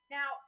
Now